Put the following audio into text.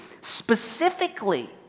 specifically